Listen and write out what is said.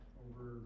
over